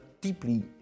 deeply